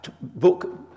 book